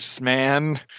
man